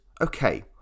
okay